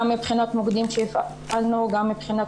גם מבחינת מוקדים שהפעלנו וגם מבחינת